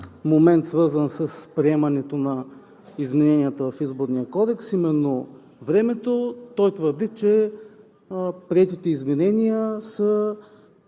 момент, свързан с приемането на измененията в Изборния кодекс, а именно времето. Той твърди, че приетите изменения са